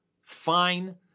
fine